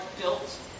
built